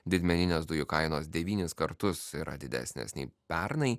didmeninės dujų kainos devynis kartus yra didesnės nei pernai